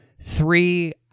three